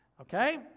Okay